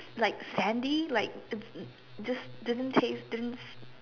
like Sandy like just didn't taste didn't